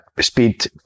speed